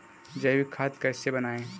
जैविक खाद कैसे बनाएँ?